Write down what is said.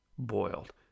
boiled